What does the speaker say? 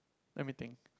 let me think